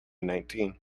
nineteen